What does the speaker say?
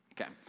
Okay